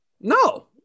no